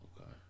Okay